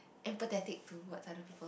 am pathetic towards other people